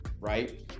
right